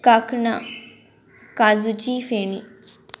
कांकणा काजूची फेणी